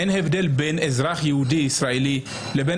אין הבדל בין אזרח יהודי ישראלי לבין